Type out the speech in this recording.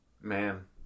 man